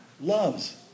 loves